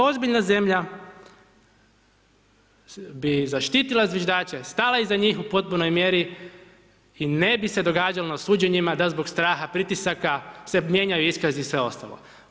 Ozbiljna zemlja bi zaštitila zviždače, stala iza njih u potpunoj mjeri i ne bi se događalo na suđenjima da zbog straha, pritisaka se mijenjaju iskazi i sve ostalo.